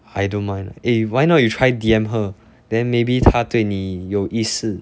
I don't mind eh why not you try D_M her then maybe 她对你有意思